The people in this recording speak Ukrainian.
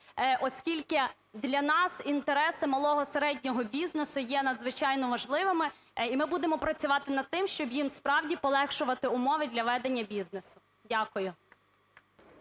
Оскільки для нас інтереси малого, середнього бізнесу є надзвичайно важливими, і ми будемо працювати над тим, щоб їм справді полегшувати умови для ведення бізнесу. Дякую.